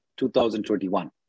2021